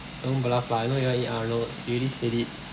don't bluff lah I know you wanna eat arnold's you already said it